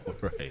right